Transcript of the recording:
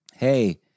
Hey